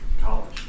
college